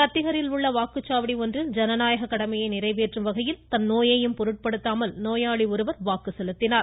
கத்திஹரில் உள்ள வாக்குச்சாவடி ஒன்றில் ஜனநாயக கடமையை நிறைவேற்றும் வகையில் நோயையும் பொருட்படுத்தாது நோயாளி ஒருவர் தனது வாக்கை செலுத்தினார்